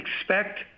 expect